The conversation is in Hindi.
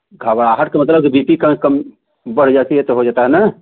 घबराहट का मतलब बी पी कम कम बढ़ जाती है तब हो जाता है ना